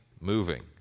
moving